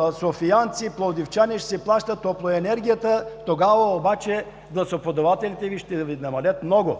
а софиянци и пловдивчани ще си плащат топлоенергията. Тогава обаче гласоподавателите Ви ще се намалят много.